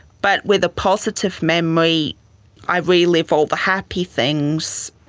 but with a positive memory i re-live all the happy things.